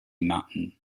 mountain